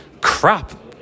crap